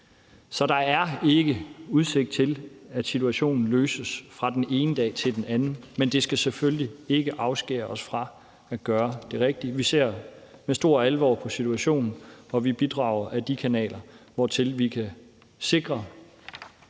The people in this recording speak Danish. Så der er ikke udsigt til, at situationen løses fra den ene dag til den anden, men det skal selvfølgelig ikke afskære os fra at gøre det rigtige. Vi ser med stor alvor på situationen, og vi bidrager ad de kanaler, hvor vi kan sikre,